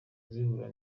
zihura